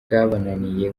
byabananiye